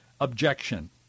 objection